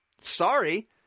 sorry